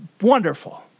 wonderful